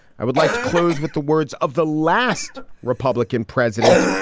i would like to close with the words of the last republican president.